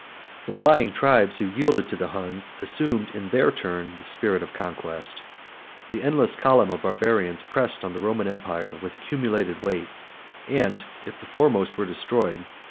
the flying tribes who yielded to the huns assumed in their turn the spirit of conquest the endless column of barbarians pressed on the roman empire with accumulated weight and, if the foremost were destroyed,